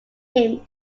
him